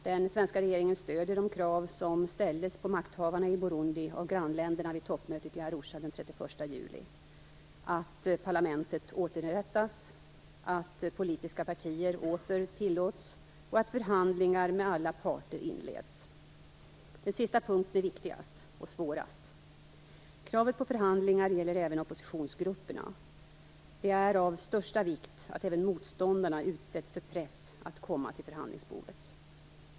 Den svenska regeringen stöder de krav som ställdes på makthavarna i Burundi av grannländerna vid toppmötet i Arusha den 31 juli: att parlamentet återinrättas, att politiska partier åter tillåts och att förhandlingar med alla parter inleds. Den sista punkten är viktigast - och svårast. Kravet på förhandlingar gäller även oppositionsgrupperna. Det är av största vikt att även motståndarna utsätts för press att komma till förhandlingsbordet.